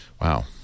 Wow